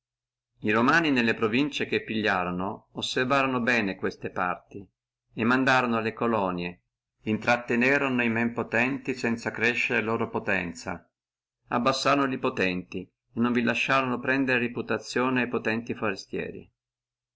e romani nelle provincie che pigliorono osservorono bene queste parti e mandorono le colonie intratennono e men potenti sanza crescere loro potenzia abbassorono e potenti e non vi lasciorono prendere reputazione a potenti forestieri